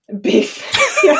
Beef